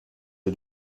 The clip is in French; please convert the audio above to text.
est